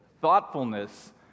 thoughtfulness